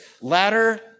latter